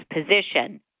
position